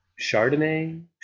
Chardonnay